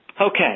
Okay